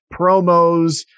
promos